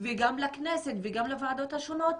וגם לכנסת וגם לוועדות השונות,